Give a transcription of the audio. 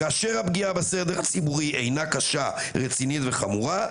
כאשר הפגיעה בסדר הציבורי אינה קשה רצינית וחמורה,